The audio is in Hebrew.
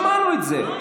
שמענו את זה.